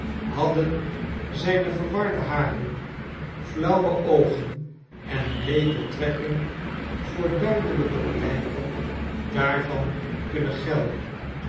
hadden zijne verwarde haren flauwe oogen en bleeke trekken voor duidelijke blijken daarvan kunnen gelden